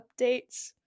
updates